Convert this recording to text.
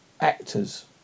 actors